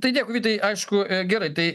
tai dėkui vytai aišku gerai tai